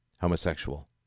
homosexual